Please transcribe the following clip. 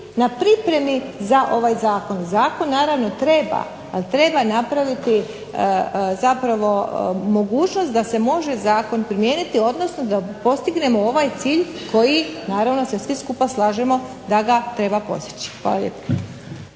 na pripremi za ovaj zakon. Zakon naravno treba, ali treba napraviti zapravo mogućnost da se može zakon primijeniti, odnosno da postignemo ovaj cilj koji naravno da se svi skupa slažemo da ga treba postići. Hvala lijepo.